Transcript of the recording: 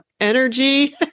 energy